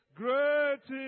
great